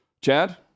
Chad